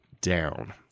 down